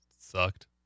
Sucked